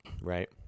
right